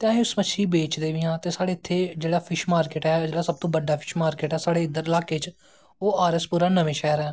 ते अस इस मच्छी गी बेचदे बी आं ते साढ़ै इत्तें जेह्ड़ा फिश मार्किट ऐ सब तो बड्डा फिश मार्किट ऐ साढ़े इद्धर लाह्के च ओह् आर ऐस पुरा नमें शैह्र ऐ